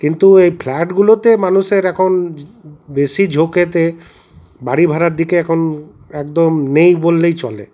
কিন্তু এই ফ্ল্যাটগুলোতে মানুষের এখন বেশি ঝোঁকেতে বাড়ি ভাড়ার দিকে এখন একদম নেই বললেই চলে